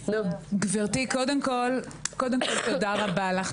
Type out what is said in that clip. גבירתי קודם כל תודה רבה לך.